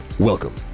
Welcome